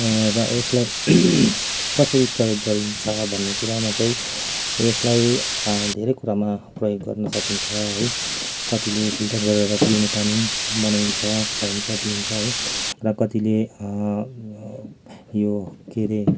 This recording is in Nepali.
र यसलाई कसरी प्रयोग गरिन्छ भन्ने कुरामा चाहिँ यसलाई धेरै कुरामा प्रयोग गर्न सकिन्छ है कतिले फिल्टर लगाएर पिउने पानी बनाइन्छ खाइन्छ पिइन्छ है र कतिले यो के रे